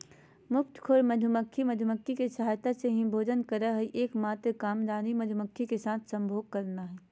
मुफ्तखोर मधुमक्खी, मधुमक्खी के सहायता से ही भोजन करअ हई, एक मात्र काम रानी मक्खी के साथ संभोग करना हई